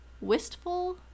wistful